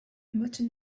butter